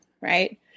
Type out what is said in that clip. right